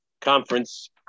conference